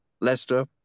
Leicester